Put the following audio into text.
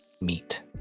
meet